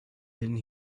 been